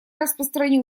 распространю